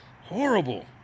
Horrible